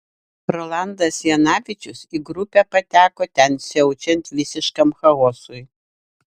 rolandas janavičius į grupę pateko ten siaučiant visiškam chaosui